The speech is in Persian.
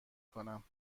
کنم